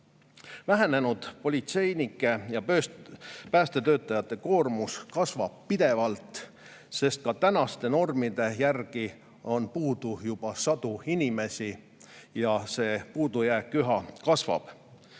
Vähenenud politseinike ja päästetöötajate koormus kasvab pidevalt, sest ka tänaste normide järgi on puudu juba sadu inimesi ja see puudujääk üha kasvab.